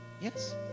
Yes